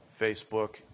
Facebook